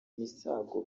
misago